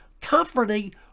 comforting